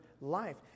life